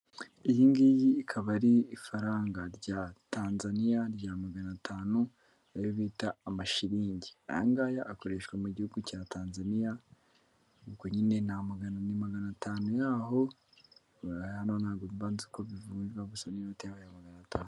Iyi ngiyi ikaba ari ifaranga rya Tanzaniya rya magana atanu. Ni ayo bita amashilingi. Aya ngaya akoreshwa mu gihugu cya Tanzaniya, ubwo nyine ni magana atanu yaho. Hano ntabwo mba nzi uko bivujwa gusa nyine ni inote ya magana atanu.